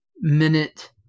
minute